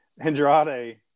Andrade